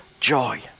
joy